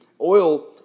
oil